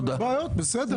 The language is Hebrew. בסדר.